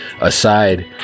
aside